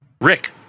Rick